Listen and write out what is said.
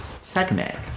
segment